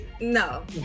no